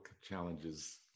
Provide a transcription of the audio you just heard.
challenges